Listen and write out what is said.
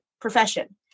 profession